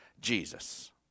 Jesus